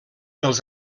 pels